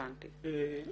אוקיי, הבנתי.